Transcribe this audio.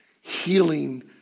healing